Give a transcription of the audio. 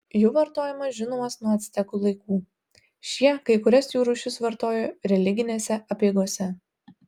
jų vartojimas žinomas nuo actekų laikų šie kai kurias jų rūšis vartojo religinėse apeigose